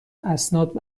اسناد